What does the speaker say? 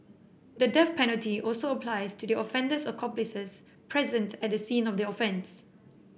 the death penalty also applies to the offender's accomplices present at the scene of the offence